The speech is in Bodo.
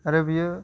आरो बेयो